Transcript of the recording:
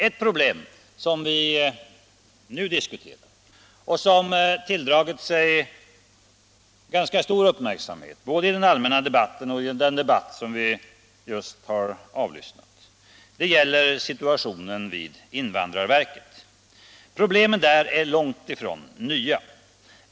Ett problem som tilldragit sig ganska stor uppmärksamhet, både i den allmänna debatten och i den debatt som vi just nu för, gäller situationen vid invandrarverket. Problemen där är långt ifrån nya.